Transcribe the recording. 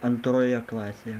antroje klasėje